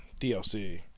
dlc